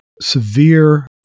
severe